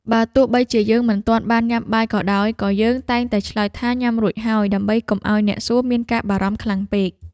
បើទោះបីជាយើងមិនទាន់បានញ៉ាំបាយក៏ដោយក៏យើងតែងតែឆ្លើយថាញ៉ាំរួចហើយដើម្បីកុំឱ្យអ្នកសួរមានការបារម្ភខ្លាំងពេក។